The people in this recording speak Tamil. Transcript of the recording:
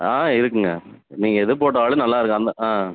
ஆ இருக்குங்க நீங்க எது போட்டாலும் நல்லாயிருக்கும் அந்த ஆ